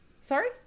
Sorry